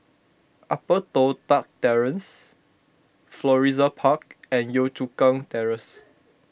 Upper Toh Tuck Terrace Florissa Park and Yio Chu Kang Terrace